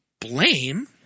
blame